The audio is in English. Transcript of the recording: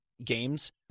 games